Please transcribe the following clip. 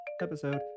episode